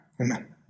Amen